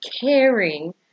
caring